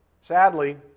sadly